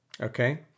Okay